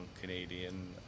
Canadian